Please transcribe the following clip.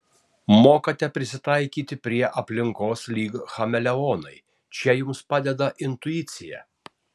mokate prisitaikyti prie aplinkos lyg chameleonai čia jums padeda intuicija